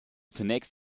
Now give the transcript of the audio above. zunächst